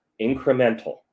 incremental